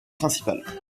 principale